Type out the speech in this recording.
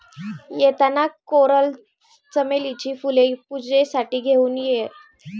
येताना कोरल चमेलीची फुले पूजेसाठी घेऊन ये